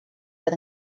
oedd